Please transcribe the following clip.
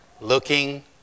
looking